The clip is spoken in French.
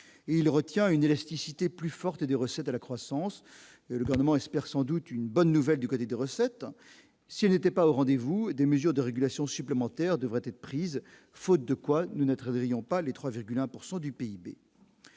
il retient une élasticité plus forte des recettes à la croissance lourdement espère sans doute une bonne nouvelle du côté des recettes, ce n'était pas au rendez-vous des mesures de régulation supplémentaires devraient être prises, faute de quoi nous notre réveillon pas les 3,1 pourcent